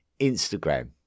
Instagram